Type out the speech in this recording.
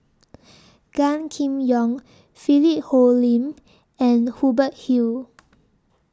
Gan Kim Yong Philip Hoalim and Hubert Hill